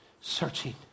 searching